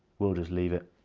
we'll just leave it.